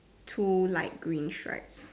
two light green stripes